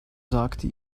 sagte